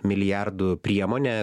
milijardų priemonę